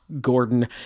gordon